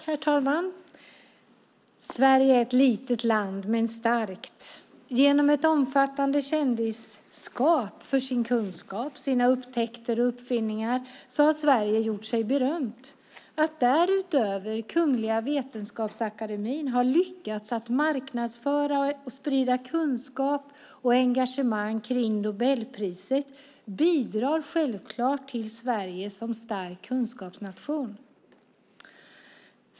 Herr talman! Sverige är ett litet land, men det är starkt. Genom ett omfattande kändisskap för sin kunskap, sina upptäckter och uppfinningar har Sverige gjort sig berömt. Att Kungliga Vetenskapsakademien dessutom har lyckats marknadsföra, sprida kunskap och engagemang om Nobelpriset bidrar självklart till Sverige som stark kunskapsnation.